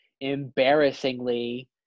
embarrassingly